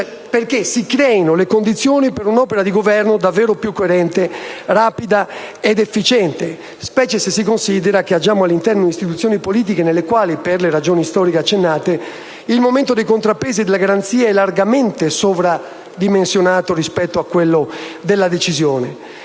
perché si creino le condizioni per un'opera di governo davvero più coerente, rapida ed efficiente, specie se si considera che agiamo all'interno di istituzioni politiche nelle quali, per le ragioni storiche accennate, il momento dei contrappesi e delle garanzie è largamente sovradimensionato rispetto a quello della decisione.